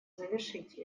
завершить